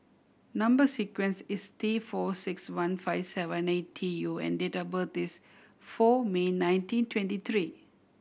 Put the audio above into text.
number sequence is T four six one five seven eight T U and date of birth is four May nineteen twenty three